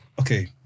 okay